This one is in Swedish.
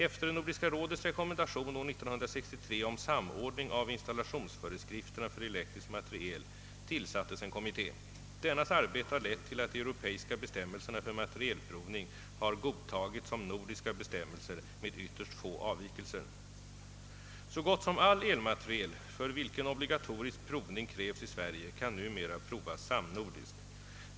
Efter Nordiska rådets rekommendation år 1963 om samordning av installationsföreskrifterna för elektrisk materiel tillsattes en kommitté. Dennas arbete har lett till att de europeiska bestämmelserna för materielprovning har godtagits som nordiska bestämmelser med ytterst få avvikelser. Så gott som all elmateriel, för vilken obligatorisk provning krävs i Sverige, kan numera provas samnordiskt.